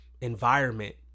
environment